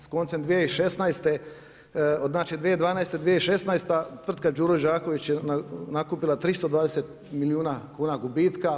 S koncem 2016. znači 2012., 2016. tvrtka Đuro Đaković je nakupila 320 milijuna kuna gubitka.